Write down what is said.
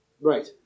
Right